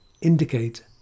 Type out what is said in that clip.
indicate